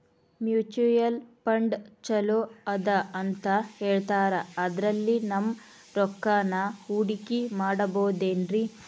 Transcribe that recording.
Mutual fund ಛಲೋ ಅದಾ ಅಂತಾ ಹೇಳ್ತಾರ ಅದ್ರಲ್ಲಿ ನಮ್ ರೊಕ್ಕನಾ ಹೂಡಕಿ ಮಾಡಬೋದೇನ್ರಿ?